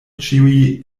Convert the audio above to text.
ĉiuj